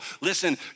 listen